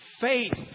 Faith